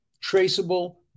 traceable